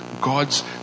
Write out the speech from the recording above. God's